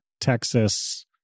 Texas